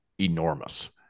enormous